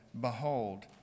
Behold